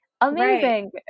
amazing